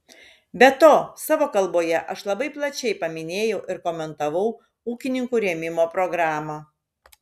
be to savo kalboje aš labai plačiai paminėjau ir komentavau ūkininkų rėmimo programą